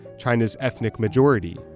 china's ethnic majority.